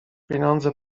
pieniądze